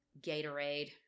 Gatorade